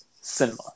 cinema